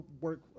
work